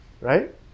right